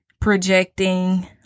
projecting